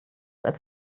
als